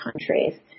countries